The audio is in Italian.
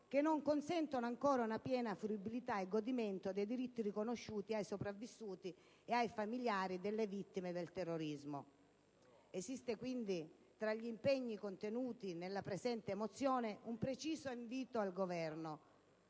che non consentono ancora una piena fruibilità e godimento dei diritti riconosciuti ai sopravissuti e ai familiari delle vittime del terrorismo. Esiste, quindi, tra gli impegni contenuti nella presente mozione, un preciso invito al Governo